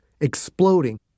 exploding